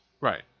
Right